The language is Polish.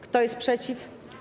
Kto jest przeciw?